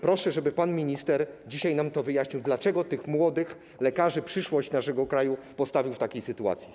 Proszę, żeby pan minister wyjaśnił nam dzisiaj, dlaczego tych młodych lekarzy, przyszłość naszego kraju, postawił w takiej sytuacji.